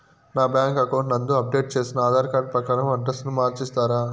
నా bank account నందు update చేసిన ఆధార్ కార్డు ప్రకారం అడ్రస్ ను మార్చిస్తారా?